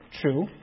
true